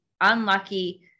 unlucky